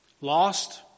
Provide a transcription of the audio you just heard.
Lost